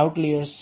outliers છે